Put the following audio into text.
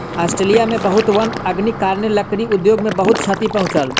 Australia में बहुत वन अग्निक कारणेँ, लकड़ी उद्योग के बहुत क्षति पहुँचल